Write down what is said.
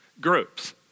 groups